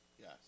Yes